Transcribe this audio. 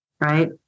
right